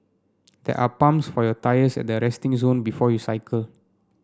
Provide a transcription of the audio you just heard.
there are pumps for your tyres at the resting zone before you cycle